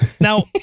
Now